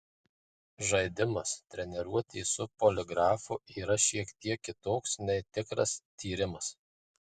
žaidimas treniruotė su poligrafu yra šiek tiek kitoks nei tikras tyrimas